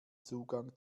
zugang